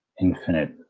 infinite